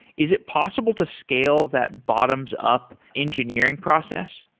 is it possible to scale that bottoms up engineering process?